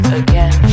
again